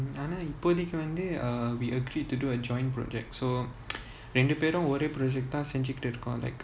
ஆனாஇப்போதைக்குவந்து:aana ipothaiku vanthu uh we agreed to do a joint project so ரெண்டுபேரும்ஒரே:rendu perum ore project task தான்வந்துசெஞ்சிட்டுருக்கோம்:thaan vanthu senjitu irukom like